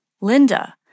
Linda